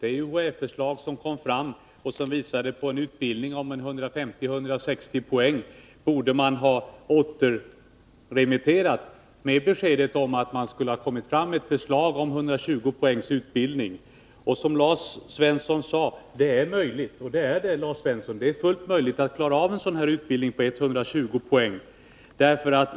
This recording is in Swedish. Det UHÄ-förslag som framlades om en utbildning på 150-160 poäng borde man ha återremitterat med uppdrag att ta fram ett nytt förslag på 120 poäng. Lars Svensson sade att det är möjligt, och det instämmer jag i — det är fullt möjligt att klara av en sådan utbildning på 120 poäng.